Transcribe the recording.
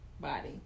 body